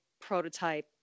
prototype